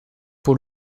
pour